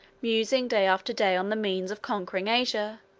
musing day after day on the means of conquering asia,